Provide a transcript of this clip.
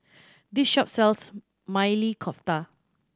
this shop sells Maili Kofta